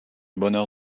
bonheur